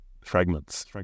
fragments